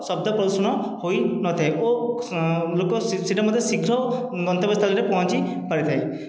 ଶବ୍ଦ ପ୍ରଦୂଷଣ ହୋଇନଥାଏ ଓ ଲୋକ ଶୀଘ୍ର ଗନ୍ତବ୍ୟ ସ୍ଥଳରେ ମଧ୍ୟ ପହଞ୍ଚି ପାରିଥାଏ